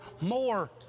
more